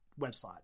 website